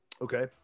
okay